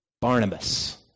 Barnabas